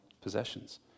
possessions